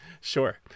Sure